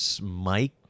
Mike